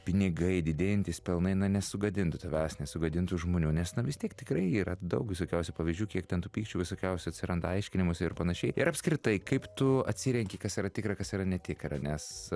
pinigai didėjantys pelnai na nesugadintų tavęs nesugadintų žmonių nes na vis tiek tikrai yra daug visokiausių pavyzdžių kiek ten tų pykčių visokiausių atsiranda aiškinimusi ir panašiai ir apskritai kaip tu atsirenki kas yra tikra kas yra netikra nes